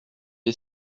est